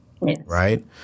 right